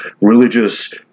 religious